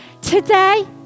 Today